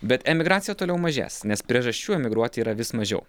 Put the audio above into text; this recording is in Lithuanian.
bet emigracija toliau mažės nes priežasčių emigruoti yra vis mažiau